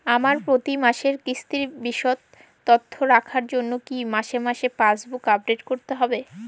আমার প্রতি মাসের কিস্তির বিশদ তথ্য রাখার জন্য কি মাসে মাসে পাসবুক আপডেট করতে হবে?